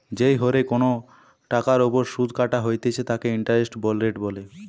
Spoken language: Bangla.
যেই হরে কোনো টাকার ওপর শুধ কাটা হইতেছে তাকে ইন্টারেস্ট রেট বলে